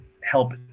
help